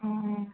ହଁ ହଁ